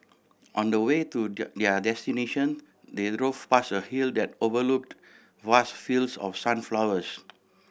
on the way to their destination they drove past a hill that overlooked vast fields of sunflowers